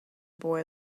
boy